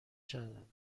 شود